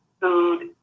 food